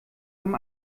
haben